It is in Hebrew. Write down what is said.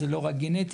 זה לא רק גנטיקה,